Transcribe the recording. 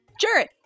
jared